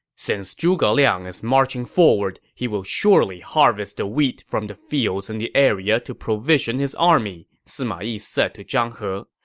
since zhuge liang is marching forward, he will surely harvest the wheat from the fields in the area to provision his army, sima yi said to zhang he.